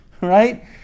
Right